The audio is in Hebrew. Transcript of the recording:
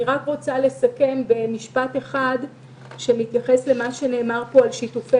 אני רוצה לסכם במשפט אחד שמתייחס אל מה שנאמר פה על שיתופי